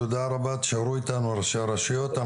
תודה רבה, תישארו איתנו ראשי הרשויות.